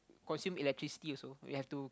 consume electricity also we have to